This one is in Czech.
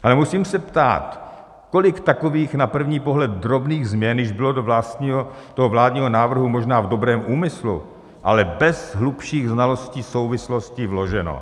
Ale musím se ptát, kolik takových na první pohled drobných změn, již bylo do toho vládního návrhu možná v dobrém úmyslu, ale bez hlubších znalostí, souvislostí vloženo.